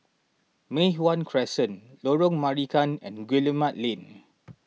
Mei Hwan Crescent Lorong Marican and Guillemard Lane